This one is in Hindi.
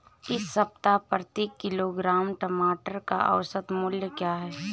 इस सप्ताह प्रति किलोग्राम टमाटर का औसत मूल्य क्या है?